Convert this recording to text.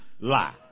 lie